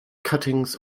cuttings